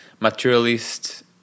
materialist